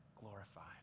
glorified